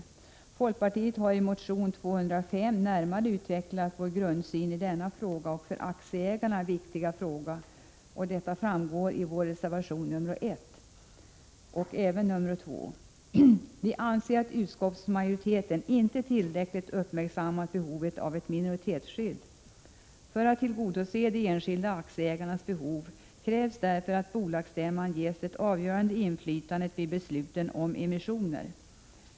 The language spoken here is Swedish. I motion L205 har vi från folkpartiets sida närmare utvecklat vår grundsyn i denna för aktieägarna viktiga fråga. Detta framgår av våra reservationer nr 1 och 2. Vi anser att utskottsmajoriteten inte har tillräckligt uppmärksammat behovet av ett minoritetsskydd. För att tillgodose de enskilda aktieägarnas behov krävs därför att bolagsstämman ges det avgörande inflytandet vid beslut om emissioner.